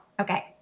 Okay